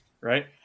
Right